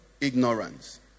ignorance